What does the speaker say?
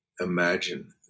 imagine